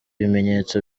bimenyetso